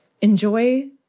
Enjoy